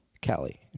Kelly